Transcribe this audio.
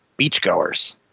beachgoers